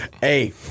Hey